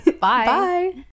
Bye